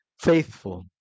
faithful